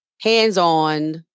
hands-on